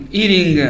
eating